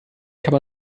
kann